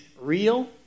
real